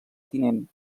tinent